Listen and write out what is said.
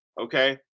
okay